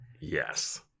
Yes